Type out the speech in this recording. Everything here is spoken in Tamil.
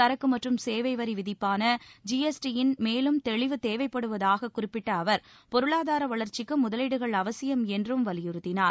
சரக்கு மற்றும் சேவை வரி விதிப்பான ஜிஎஸ்டியில் மேலும் தெளிவு தேவைப்படுவதாகக் குறிப்பிட்ட அவர் பொருளாதார வளர்ச்சிக்கு முதலீடுகள் அவசியம் என்றும் வலியுறுத்தினார்